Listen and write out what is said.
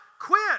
quit